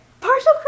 Partial